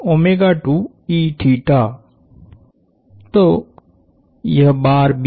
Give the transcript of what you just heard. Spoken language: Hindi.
यहहै